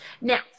Now